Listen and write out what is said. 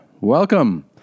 Welcome